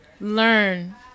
learn